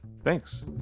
Thanks